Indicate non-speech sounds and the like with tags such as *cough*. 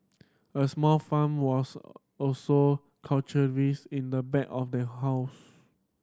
a small farm was also *unintelligible* in the back of their house